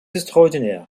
extraordinaires